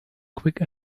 quick